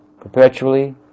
perpetually